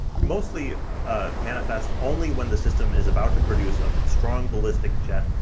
mostly manifest only when the system is about to produce a strong ballistic jet,